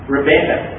Rebecca